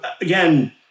again